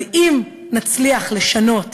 אבל אם נצליח לשנות